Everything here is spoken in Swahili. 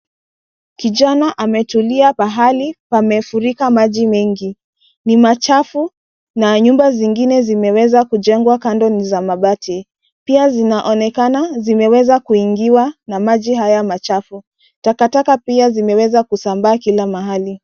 Kijana ametulia pahali pamefurika maji mengi, ni machafu na nyumba zingine zimeweza kujengwa kando ni za mabati. Pia zinaonekana zimeweza kuingiwa na maji haya machafu. Takataka pia zimeweza kusambaa kila mahali.